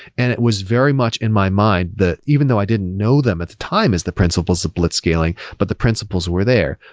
and it was very much in my mind that even though i didn't know them at the time as the principles of blitzscaling, but the principles were there.